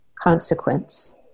consequence